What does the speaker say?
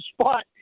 spot